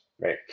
right